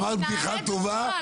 אמרת בדיחה טובה,